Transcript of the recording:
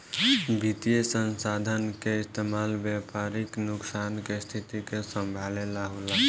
वित्तीय संसाधन के इस्तेमाल व्यापारिक नुकसान के स्थिति के संभाले ला होला